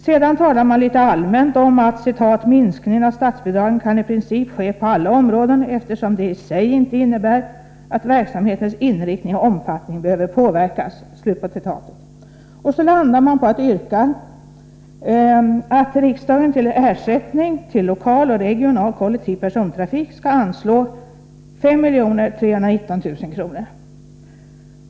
Sedan talar man litet allmänt: ”Minskningen av statsbidragen kan i princip ske på alla områden eftersom det i sig inte innebär att verksamhetens inriktning och omfattning behöver påverkas.” Och så landar man på att yrka att riksdagen till ersättning till lokal och regional kollektiv persontrafik skall anslå 5 319 000 kr.